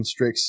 constricts